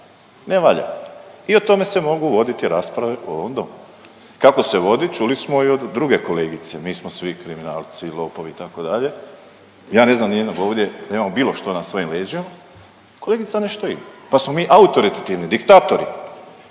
ne valja i o tome se mogu voditi rasprave u ovom domu. Kako se vodi čuli smo i od druge kolegice, mi smo svi kriminalci, lopovi itd.. Ja ne znam nijednog ovdje da imamo bilo što na svojim leđima, kolegica nešto ima, pa smo mi autoritativni, diktatori.